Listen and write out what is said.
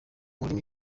rurimi